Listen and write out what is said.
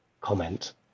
comment